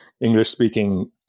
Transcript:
English-speaking